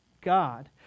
God